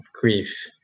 grief